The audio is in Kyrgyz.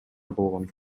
болгон